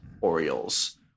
Orioles